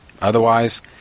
Otherwise